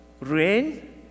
rain